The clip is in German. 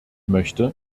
möchte